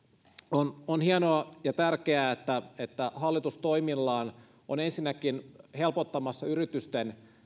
on on hienoa ja tärkeää että että hallitus toimillaan on ensinnäkin helpottamassa yritysten